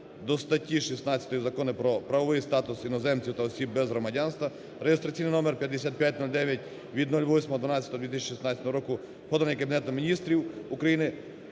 Дякую.